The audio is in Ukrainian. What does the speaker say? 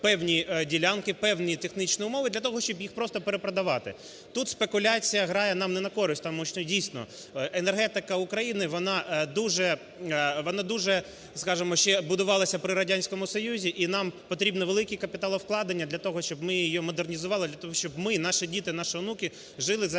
певні ділянки, певні технічні умови для того, щоб їх просто перепродавати. Тут спекуляція грає нам не на користь. Тому що, дійсно, енергетика України, вона дуже, скажемо, ще будувалась при Радянському Союзі. І нам потрібні великі капіталовкладення для того, щоб ми її модернізували. Для того, щоб ми, наші діти, наші внуки жили за енергетикою